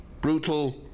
brutal